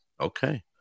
Okay